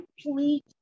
complete